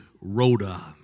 Rhoda